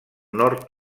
nord